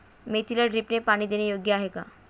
मेथीला ड्रिपने पाणी देणे योग्य आहे का?